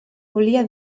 volia